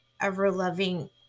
ever-loving